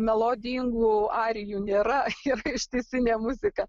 melodingų arijų nėra yra ištisinė muzika